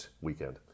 weekend